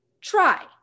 try